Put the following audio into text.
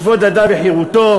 כבוד האדם וחירותו,